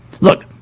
Look